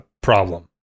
problem